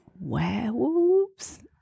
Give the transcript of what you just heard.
werewolves